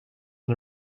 and